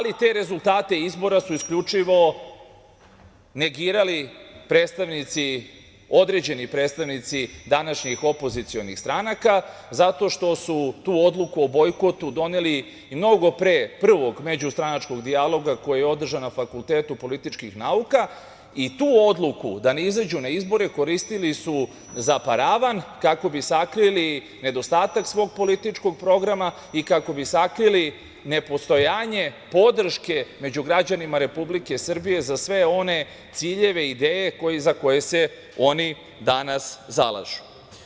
Te rezultate izbora su isključivo negirali predstavnici, određeni predstavnici današnjih opozicionih stranaka zato što su tu odluku o bojkotu doneli mnogo pre prvog međustranačkog dijaloga koji je održan na Fakultetu političkih nauka i tu odluku da ne izađu na izbore koristili su za paravan kako bi sakrili nedostatak svog političkog programa i kako bi sakrili nepostojanje podrške među građanima Republike Srbije za sve one ciljeve i ideje za koje se oni danas zalažu.